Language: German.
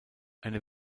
eine